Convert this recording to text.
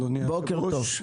אדוני היושב-ראש,